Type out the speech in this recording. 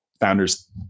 founders